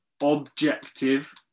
objective